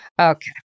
Okay